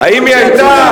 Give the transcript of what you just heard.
האם היא היתה,